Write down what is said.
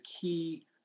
key